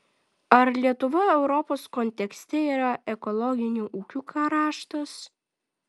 ar lietuva europos kontekste yra ekologinių ūkių kraštas